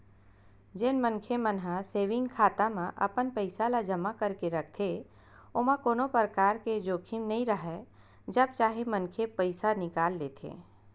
जेन मनखे मन ह सेंविग खाता म अपन पइसा ल जमा करके रखथे ओमा कोनो परकार के जोखिम नइ राहय जब चाहे मनखे पइसा निकाल लेथे